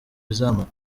izamara